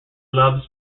loves